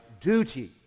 duty